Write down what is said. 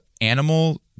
animal